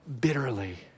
bitterly